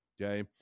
okay